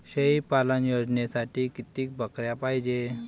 शेळी पालन योजनेसाठी किती बकऱ्या पायजे?